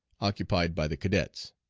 occupied by the cadets.